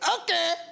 okay